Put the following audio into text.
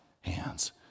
hands